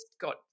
got